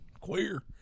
Queer